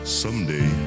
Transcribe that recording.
someday